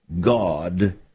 God